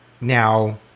now